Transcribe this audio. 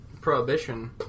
prohibition